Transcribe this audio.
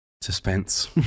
Suspense